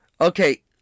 Okay